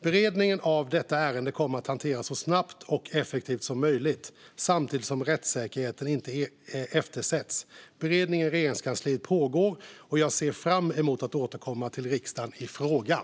Beredningen av detta ärende kommer att hanteras så snabbt och effektivt som möjligt samtidigt som rättssäkerheten inte ska eftersättas. Beredning i Regeringskansliet pågår, och jag ser fram emot att återkomma till riksdagen i frågan.